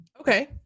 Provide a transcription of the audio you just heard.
Okay